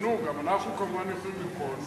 שתבחנו גם אנחנו כמובן יכולים לבחון,